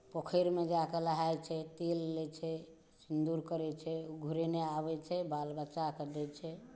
पोखरिमे जाकऽ लहाइ छै तेल लै छै सिन्दूर करै छै ओ घुरेने आबै छै बाल बच्चाके दै छै